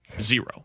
Zero